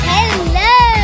Hello